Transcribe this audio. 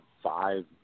five